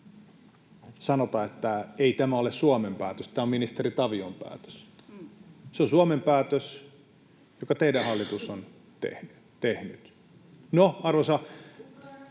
Sanotaan, että ei tämä ole Suomen päätös, tämä on ministeri Tavion päätös. Se on Suomen päätös, jonka teidän hallituksenne on tehnyt. [Sanna